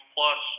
Plus